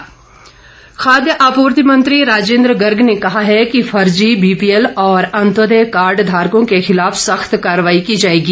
राजेंद्र गर्ग खाद्य आपूर्ति मंत्री राजेंद्र गर्ग ने कहा है कि फर्जी बीपीएल और अंत्योदय कार्ड धारकों के खिलाफ सख्त कार्रवाई की जाएगी